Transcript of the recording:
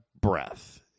breath